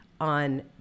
on